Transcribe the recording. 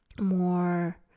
more